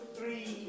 Three